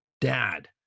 dad